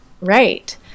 Right